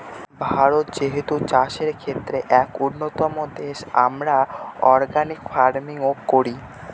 ভারত যেহেতু চাষের ক্ষেত্রে এক উন্নতম দেশ, আমরা অর্গানিক ফার্মিং ও করি